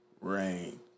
Rain